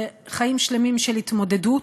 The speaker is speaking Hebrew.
זה חיים שלמים של התמודדות,